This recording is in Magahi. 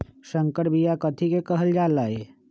संकर बिया कथि के कहल जा लई?